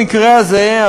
במקרה הזה,